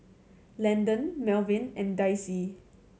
Landen Melvyn and Daisie